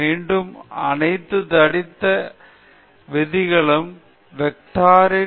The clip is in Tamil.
மீண்டும் அனைத்து தடித்த விதிகளும் வெக்டார்கள் மற்றும் மாட்ரிஸ்கள் ஆகும் அவை வழக்கமான ஸ்கேலார்ஸ் அல்ல